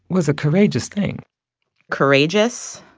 was a courageous thing courageous?